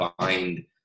find